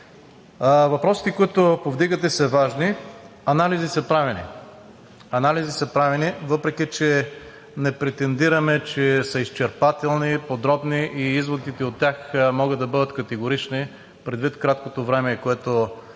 Въпросите, които повдигате са важни. Анализи са правени, въпреки че не претендираме, че са изчерпателни и подробни и изводите от тях могат да бъдат категорични предвид краткото време, в което